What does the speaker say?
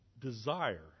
desire